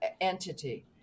entity